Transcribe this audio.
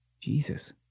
Jesus